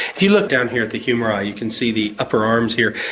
if you look down here at the humeri you can see the upper arms here,